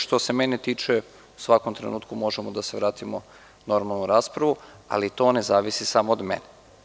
Što se mene tiče u svakom trenutku možemo da se vratimo na raspravu, ali to svakako ne zavisi samo od mene.